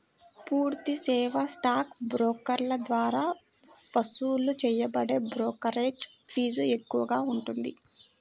పూర్తి సేవా స్టాక్ బ్రోకర్ల ద్వారా వసూలు చేయబడే బ్రోకరేజీ ఫీజు ఎక్కువగా ఉంటుంది